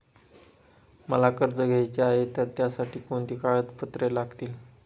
मला कर्ज घ्यायचे आहे तर त्यासाठी कोणती कागदपत्रे लागतील?